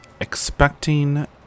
Expecting